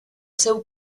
seu